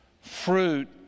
Fruit